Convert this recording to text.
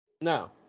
No